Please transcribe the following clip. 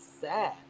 sad